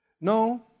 No